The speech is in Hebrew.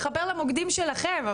מחבר למוקדים שלכם,